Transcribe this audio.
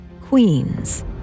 Queens